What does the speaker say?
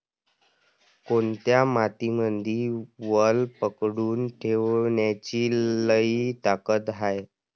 कोनत्या मातीमंदी वल पकडून ठेवण्याची लई ताकद हाये?